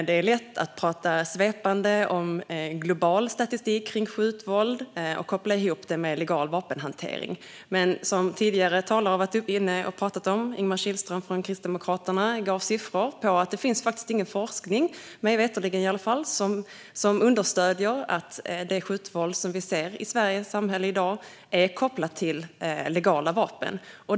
Det är lätt att prata svepande om global statistik om skjutvåld och koppla ihop det med legal vapenhantering. Men som Ingemar Kihlström från Kristdemokraterna var inne på och gav oss siffor på finns det faktiskt ingen forskning, i alla fall inte mig veterligen, som stöder att det skjutvåld som vi ser i samhället i Sverige i dag är kopplat till legala vapen.